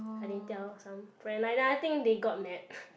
I didn't tell some friend like like I think they got mad